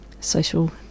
social